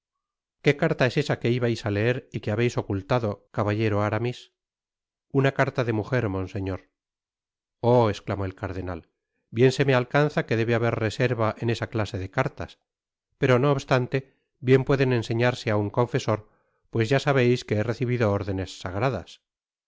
qué carta es esa que ibais á leer y que habeis ocultado cabatlero ara mis i m di una carta de mujer monseñor iii oh esclamó el cardenal bien se me alcanza que debe haber reserva en esa clase de cartas pero no obstante bien pueden enseñarse á un confesor pues ya sabeis que he recibido órdenes sagradas